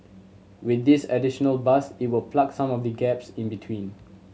with this additional bus it will plug some of the gaps in between